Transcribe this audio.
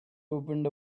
opened